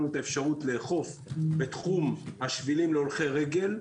את האפשרות לאכוף בתחום השבילים להולכי רגל,